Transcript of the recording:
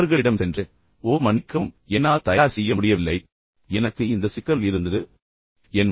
அவர்களிடம் சென்று ஓ மன்னிக்கவும் என்னால் தயார் செய்ய முடியவில்லை எனக்கு இந்த சிக்கல் இருந்தது அந்த சிக்கல் இருந்தது